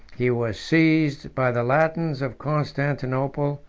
he was seized by the latins of constantinople,